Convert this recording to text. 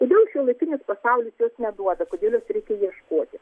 kodėl šiuolaikinis pasaulis jos neduoda kodėl jos reikia ieškoti